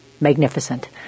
magnificent